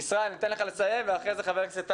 ישראל, ניתן לך לסיים ואחרי זה חבר הכנסת טייב.